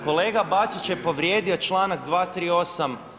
Kolega Bačić je povrijedio čl. 238.